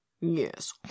Yes